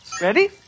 Ready